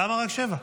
למה רק 7?